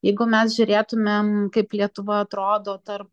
jeigu mes žiūrėtumėm kaip lietuva atrodo tarp